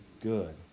good